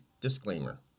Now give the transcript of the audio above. disclaimer